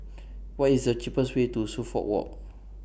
What IS The cheapest Way to Suffolk Walk